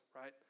right